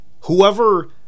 Whoever